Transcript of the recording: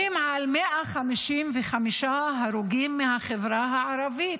על 155 הרוגים מהחברה הערבית,